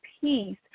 peace